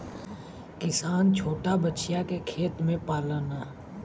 किसान छोटा बछिया के खेत में पाललन